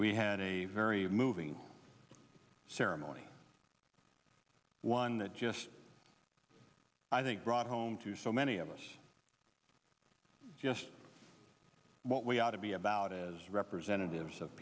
we had a very moving ceremony one that i think brought home to so many of us just what we ought to be about as representatives of